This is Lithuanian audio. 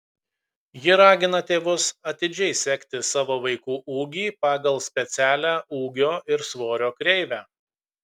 ji ragina tėvus atidžiai sekti savo vaikų ūgį pagal specialią ūgio ir svorio kreivę